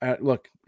look